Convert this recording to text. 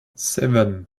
seven